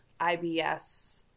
ibs